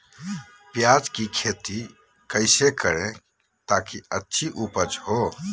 प्याज की खेती कैसे करें ताकि अच्छी उपज हो?